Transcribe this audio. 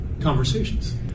conversations